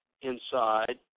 inside